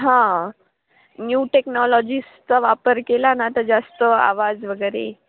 हां न्यू टेक्नॉलॉजीजचा वापर केला ना तर जास्त आवाज वगैरे